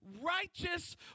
righteous